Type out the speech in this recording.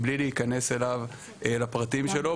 מבלי להיכנס אליו לפרטים שלו,